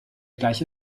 gleiche